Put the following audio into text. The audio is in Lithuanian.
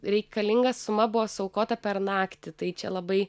reikalinga suma buvo suaukota per naktį tai čia labai